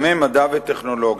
בתחומי מדע וטכנולוגיה.